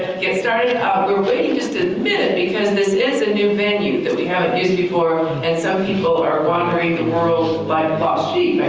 get started. we're waiting just a minute, because this is a new venue that we haven't used before and some people are wandering the world like lost sheep.